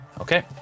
Okay